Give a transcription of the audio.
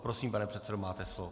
Prosím, pane předsedo, máte slovo.